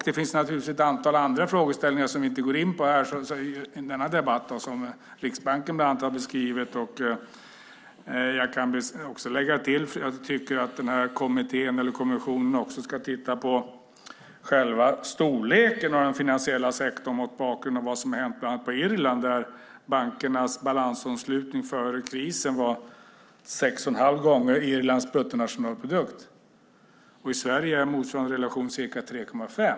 Det finns naturligtvis ett antal frågor som Riksbanken har beskrivit som vi inte går in på i denna debatt. Jag kan lägga till att jag tycker att den här kommissionen också ska titta på storleken på den finansiella sektorn mot bakgrund av vad som har hänt på Irland där bankernas balansomslutning före krisen var 6 1⁄2 gånger Irlands bruttonationalprodukt. I Sverige är motsvarande relation ca 3,5.